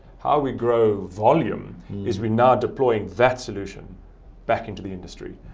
how we grow volume is we now deploying that solution back into the industry.